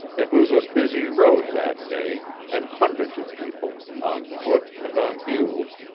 it was a busy road that day, and hundreds of people, on foot and on mules,